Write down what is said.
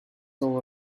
all